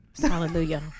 hallelujah